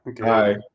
hi